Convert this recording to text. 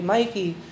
Mikey